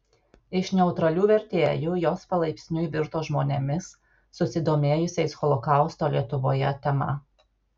iš neutralių vertėjų jos palaipsniui virto žmonėmis susidomėjusiais holokausto lietuvoje tema